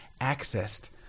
accessed